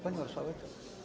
Pani Marszałek!